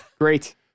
Great